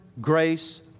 grace